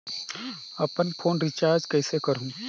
अपन phone recharge कइसे करहु?